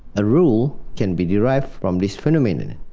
a rule can be derived from this phenomenon.